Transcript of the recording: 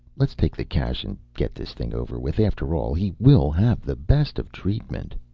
let's take the cash and get this thing over with. after all, he will have the best of treatment.